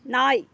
நாய்